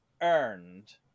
earned